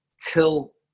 till